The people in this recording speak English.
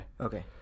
Okay